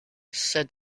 said